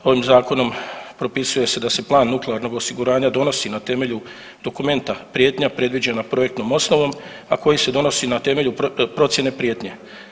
Ovim Zakonom propisuje se da se Plan nuklearnog osiguranja donosi na temelju dokumenta Prijetnja predviđena projektnom osnovom, a koji se donosi na temelju procijene prijetnje.